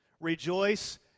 Rejoice